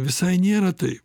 visai nėra tai